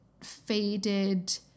faded